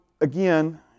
again